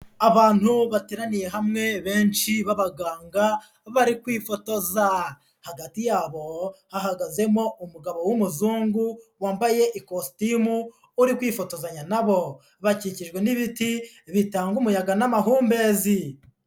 Abantu bateraniye hamwe benshi b'abaganga bari kwifotoza, hagati yabo hahagazemo umugabo w'umuzungu wambaye ikositimu uri kwifotozanya nabo, bakikijwe n'ibiti bitanga umuyaga n'amahumbezi.